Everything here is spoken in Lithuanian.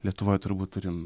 lietuvoj turbūt turim